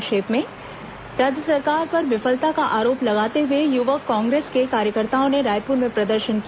संक्षिप्त समाचार राज्य सरकार पर विफलता का आरोप लगाते हुए युवक कांग्रेस के कार्यकर्ताओं ने रायपुर में प्रदर्शन किया